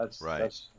Right